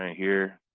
here,